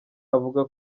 avuga